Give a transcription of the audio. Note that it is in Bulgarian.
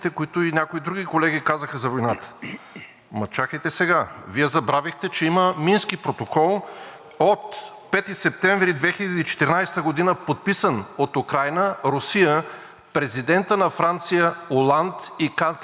5 септември 2014 г., подписан от Украйна, Русия, президента на Франция Оланд и канцлера на Германия Меркел, но избраният 2019 г. президент Зеленски каза, че не го интересува Споразумението,